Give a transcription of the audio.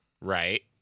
Right